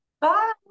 bye